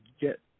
get